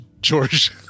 George